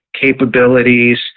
capabilities